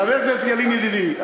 חבר הכנסת ילין ידידי,